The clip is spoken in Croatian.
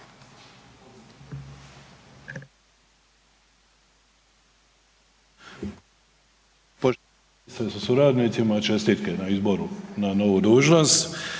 Hvala vam